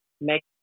make